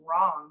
wrong